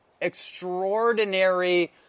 extraordinary